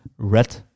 red